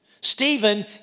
Stephen